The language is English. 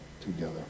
together